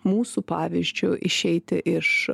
mūsų pavyzdžio išeiti iš